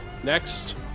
Next